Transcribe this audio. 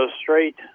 straight